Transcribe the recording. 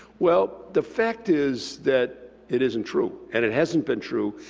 well, the fact is that it isn't true, and it hasn't been true.